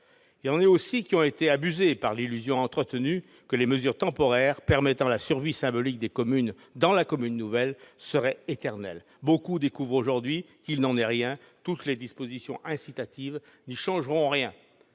Il en est aussi qui ont été abusées par l'illusion entretenue que les mesures temporaires permettant la survie symbolique des communes dans la commune nouvelle seraient éternelles. Beaucoup découvrent aujourd'hui qu'il n'en est rien ; toutes les dispositions incitatives n'y changeront rien.